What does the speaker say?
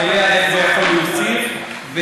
איך זה יכול להוסיף,